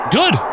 good